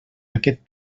aquest